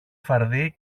φαρδύ